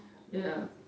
ya